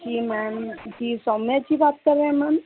जी ma'am जी सौम्या जी बात कर रहे हैं मैम